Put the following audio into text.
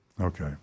Okay